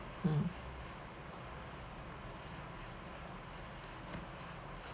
mm